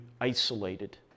isolated